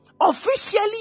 Officially